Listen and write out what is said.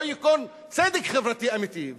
לא ייכון צדק חברתי אמיתי,